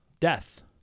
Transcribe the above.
death